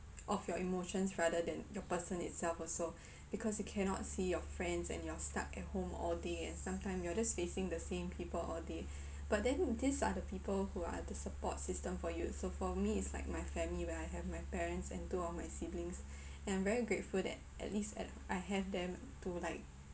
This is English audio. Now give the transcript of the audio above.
of your emotions rather than your person itself also because you cannot see your friends and you're stuck at home all day and sometime you are just facing the same people all day but then these are the people who are the support system for you so for me it's like my family when I have my parents and two of my siblings and I'm very grateful that at least at I have them to like